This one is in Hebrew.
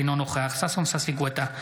אינו נוכח ששון ששי גואטה,